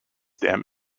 damn